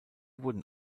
wurden